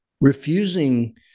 refusing